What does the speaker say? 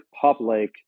Public